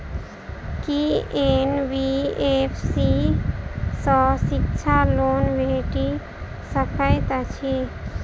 की NBFC सँ शिक्षा loan भेटि सकैत अछि?